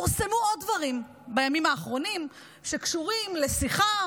פורסמו עוד דברים בימים האחרונים שקשורים לשיחה